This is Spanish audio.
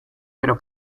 pero